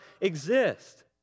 exist